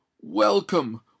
Welcome